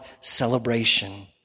celebration